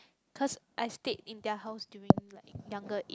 cause I stayed in their house during like younger age